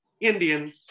indian